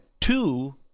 two